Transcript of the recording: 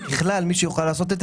וגם למגזר ניהול חשבון עו"ש,